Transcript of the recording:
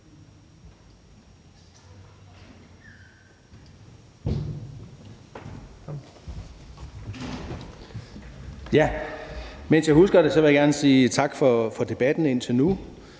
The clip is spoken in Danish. Mens jeg husker det, vil jeg gerne sige tak for debatten indtil nu